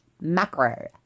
macro